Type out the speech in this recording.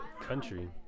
Country